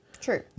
True